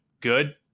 good